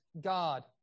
God